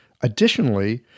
Additionally